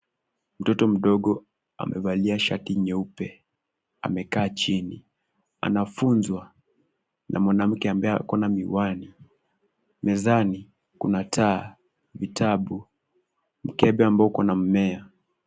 Mtoto mdogo amevalia shati nyeupe, amekaa chini anafunzwa na mwanamke ambaye ako na miwani. Mezani kuna taa, vitabu, mkebe ambao uko na mmea.